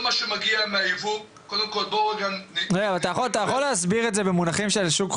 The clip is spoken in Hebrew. מאיר אריאל בבקשה, אתה רוצה להגיד משהו?